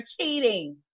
cheating